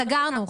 סגרנו,